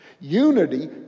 Unity